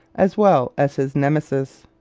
as well as his nemesis.